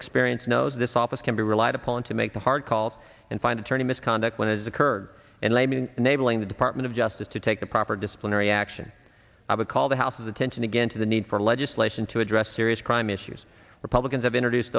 experience knows this office can be relied upon to make the hard calls and find attorney misconduct when it's occurred and let me enabling the department of justice to take a proper disciplinary action i would call the house's attention again to the need for legislation to address serious crime issues republicans have introduced